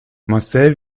marcel